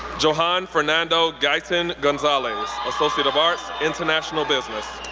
johan fernando gaitan gonzalez, associate of arts, international business.